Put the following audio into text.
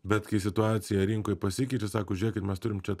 bet kai situacija rinkoj pasikeitė sako žiūrėkit mes turim čia